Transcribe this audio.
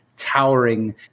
towering